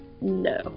No